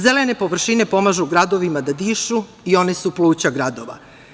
Zelene površine pomažu gradovima da dišu i one su pluća gradova.